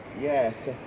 Yes